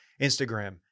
Instagram